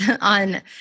on